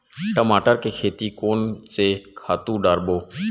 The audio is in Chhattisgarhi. टमाटर के खेती कोन से खातु डारबो?